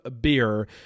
beer